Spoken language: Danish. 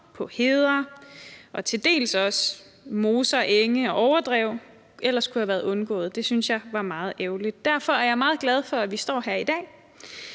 på heder og til dels også moser, enge og overdrev ellers kunne have været undgået. Det synes jeg var meget ærgerligt. Derfor er jeg meget glad for, at vi står her i dag